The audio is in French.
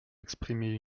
exprimer